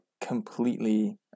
completely